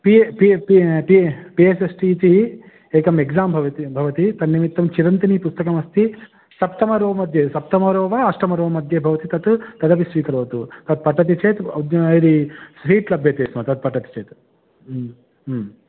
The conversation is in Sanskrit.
पि एस् एस् टि इति एकम् एग्साम् भवत् भवति तन्निमित्तं चिरन्तनी पुस्तकमस्ति सप्तम रो मध्ये सप्तमरोम अष्टमरो मध्ये भवति तत् तदपि स्वीकरोतु तत् पठति चेत् इद् यदि सीट् लभ्यते स्म पठति चेत्